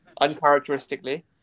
uncharacteristically